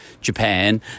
Japan